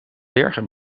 bergen